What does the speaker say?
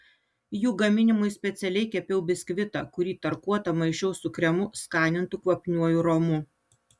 jų gaminimui specialiai kepiau biskvitą kurį tarkuotą maišiau su kremu skanintu kvapniuoju romu